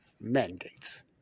mandates